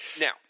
Now